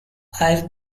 have